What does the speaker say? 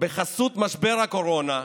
בחסות משבר הקורונה,